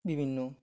বিভিন্ন